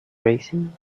racing